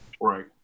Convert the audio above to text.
Right